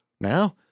Now